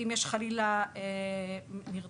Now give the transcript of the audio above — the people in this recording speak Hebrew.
אם יש חלילה נרצח,